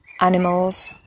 animals